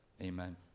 Amen